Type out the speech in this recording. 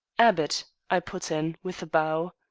abbott, i put in, with a bow.